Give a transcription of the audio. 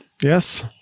yes